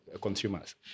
consumers